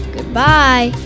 Goodbye